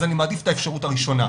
אז אני מעדיף את האפשרות הראשונה.